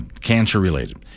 cancer-related